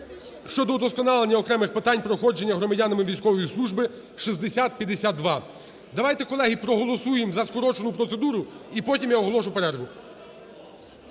щодо удосконалення окремих питань проходження громадянами військової служби (6052). Давайте, колеги, проголосуємо за скорочену процедуру, і потім я оголошу перерву.